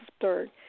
third